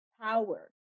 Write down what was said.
power